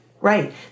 Right